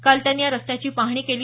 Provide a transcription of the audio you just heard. काल त्यांनी या रस्त्याची पाहणी केली